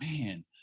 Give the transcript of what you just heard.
man